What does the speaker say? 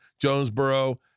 Jonesboro